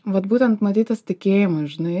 vat būtent matyt tas tikėjimas žinai